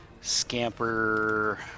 scamper